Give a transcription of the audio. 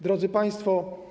Drodzy Państwo!